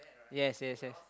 yes yes yes